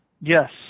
Yes